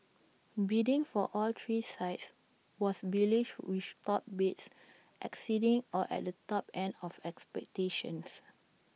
bidding for all three sites was bullish with top bids exceeding or at the top end of expectations